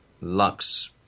Lux